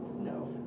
No